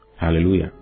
Hallelujah